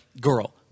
girl